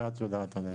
שאת יודעת עליהן.